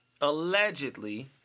allegedly